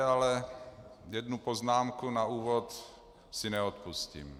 Ale jednu poznámku na úvod si neodpustím.